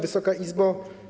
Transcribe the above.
Wysoka Izbo!